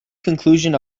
conclusion